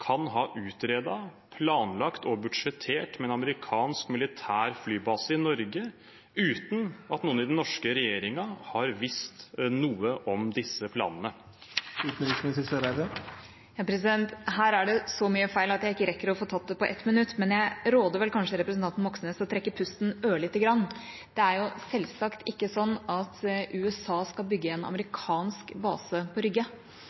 kan ha utredet, planlagt og budsjettert for en amerikansk militær flybase i Norge, uten at noen i den norske regjeringen har visst noe om disse planene. Her er det så mye feil at jeg ikke rekker å få tatt det på 1 minutt, men jeg råder vel kanskje representanten Moxnes til å trekke pusten ørlite grann. Det er selvsagt ikke slik at USA skal bygge en amerikansk base på Rygge.